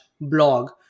blog